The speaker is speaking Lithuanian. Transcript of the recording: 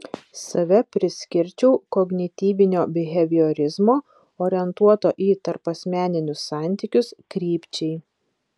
save priskirčiau kognityvinio biheviorizmo orientuoto į tarpasmeninius santykius krypčiai